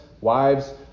wives